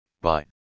bye